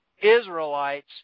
Israelites